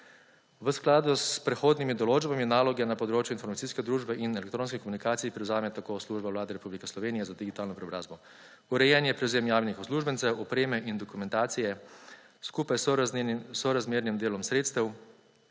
V skladu s prehodnimi določbami naloge na področju informacijske družbe in elektronske komunikacije prevzame tako Služba Vlade Republike Slovenije za digitalno preobrazbo. Urejen je prevzem javnih uslužbencev, opreme in dokumentacije skupaj s sorazmernim delom sredstev,